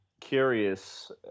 curious